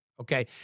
okay